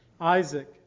Isaac